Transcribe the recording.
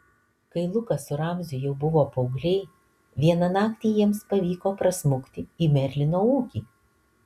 kai lukas su ramziu jau buvo paaugliai vieną naktį jiems pavyko prasmukti į merlino ūkį